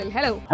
Hello